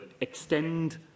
extend